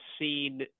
seen